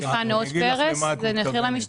נאות פרס חיפה זה מחיר למשתכן.